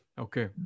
Okay